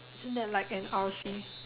isn't that like an R_C